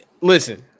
listen